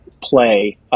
play